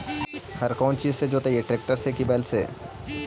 हर कौन चीज से जोतइयै टरेकटर से कि बैल से?